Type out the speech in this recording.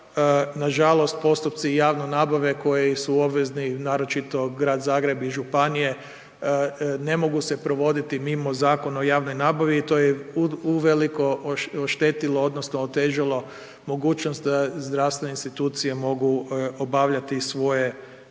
Nažalost postupci javne nabave koji su obvezni naročito Grad Zagreb i županije ne mogu se provoditi mimo Zakona o javnoj nabavi i to je uveliko oštetilo odnosno otežalo mogućnost da zdravstvene institucije mogu obavljati svoje